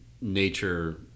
nature